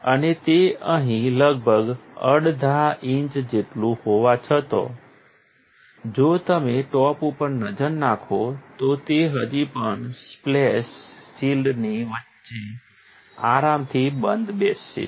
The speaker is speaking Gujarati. અને તે અહીં લગભગ અડધા ઇંચ જેટલું હોવા છતાં જો તમે ટોપ ઉપર નજર નાખો તો તે હજી પણ સ્પ્લેશ શિલ્ડની વચ્ચે આરામથી બંધ બેસે છે